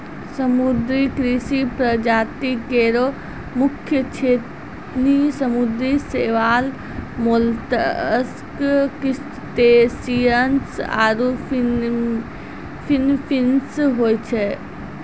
समुद्री कृषि प्रजाति केरो मुख्य श्रेणी समुद्री शैवाल, मोलस्क, क्रसटेशियन्स आरु फिनफिश होय छै